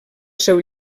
seu